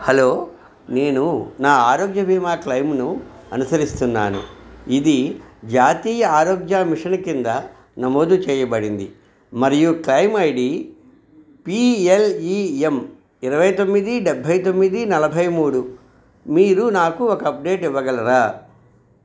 hello నేను నా ఆరోగ్య భీమా క్లయిమును అనుసరిస్తున్నాను ఇది జాతీయ ఆరోగ్య మిషన్ కింద నమోదు చేయబడింది మరియు claim I D P L E M ఇరవై తొమ్మిది డెబ్బై తొమ్మిది నలభై మూడు మీరు నాకు ఒక అప్డేట్ ఇవ్వగలరా